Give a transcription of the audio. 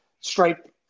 stripe